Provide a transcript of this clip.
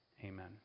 Amen